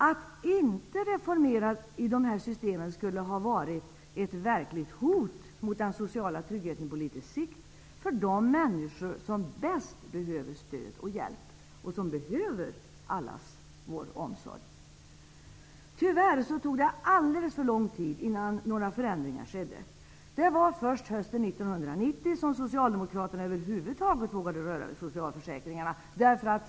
Att inte reformera dessa system skulle vara ett verkligt hot mot den sociala tryggheten på litet sikt för de människor som bäst behöver stöd, hjälp och allas vår omsorg. Tyvärr tog det alldeles för lång tid innan några förändringar skedde. Det var först hösten 1990 som socialdemokraterna över huvud taget vågade röra vid socialförsäkringarna.